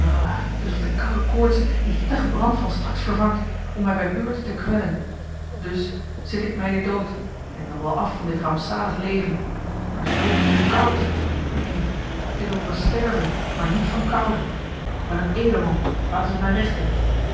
of de koude koortse dien hittigen brand van straks vervangt om mij bij beurte te kwellen dus zit ik mij den dood en ik wil wel af van dit rampzalig leven maar zoo koud neen ik wil wel sterven maar niet van koude ik ben een edelman laten zij mij rechten